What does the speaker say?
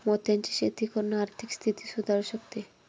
मोत्यांची शेती करून आर्थिक स्थिती सुधारु शकते